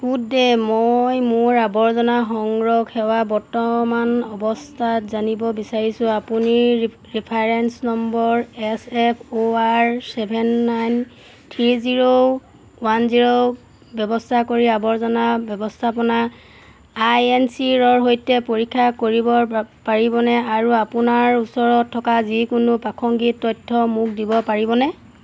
good day মই মোৰ আৱৰ্জনা সংগ্ৰহ সেৱা বৰ্তমান অৱস্থা জানিব বিচাৰিছোঁ আপুনি reference number S F O R seven nine three zero one zero ব্যৱস্থা কৰি আৱৰ্জনা ব্যৱস্থাপনা আই এন চি ৰ সৈতে পৰীক্ষা কৰিব পাৰিবনে আৰু আপোনাৰ ওচৰত থকা যিকোনো প্ৰাসংগিক তথ্য মোক দিব পাৰিবনে